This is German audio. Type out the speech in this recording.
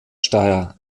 steyr